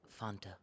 Fanta